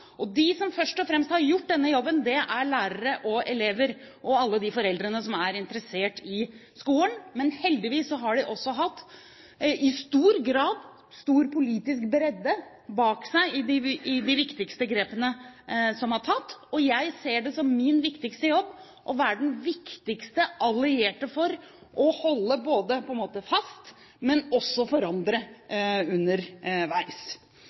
dag. De som først og fremst har gjort denne jobben, er lærere, elever og alle de foreldrene som er interessert i skolen. Men heldigvis har de også i stor grad hatt stor politisk bredde bak seg i de viktigste grepene som er tatt. Jeg ser det som min viktigste jobb å være den viktigste allierte for både å holde fast og forandre underveis. Så hvis det er noen som nå våger seg på